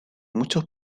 muchos